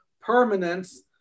permanence